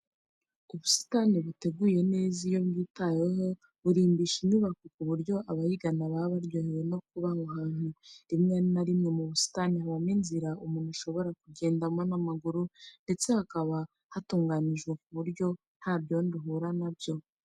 Ubusitani buteguye neza iyo bwitaweho burimbisha inyubako ku buryo abayigana baba baryohewe no kuba aho hantu. Rimwe na rimwe mu busitani habamo inzira umuntu ashobora kugendamo n'amaguru ndetse hakaba hatunganijwe ku buryo nta byondo uhura na byo.